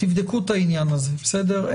תבדקו את העניין הזה, בסדר?